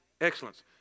Excellence